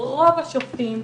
רוב השופטים,